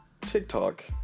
TikTok